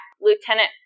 Lieutenant